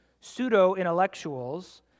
Pseudo-intellectuals